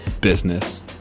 business